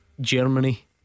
Germany